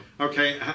Okay